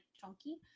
chunky